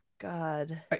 god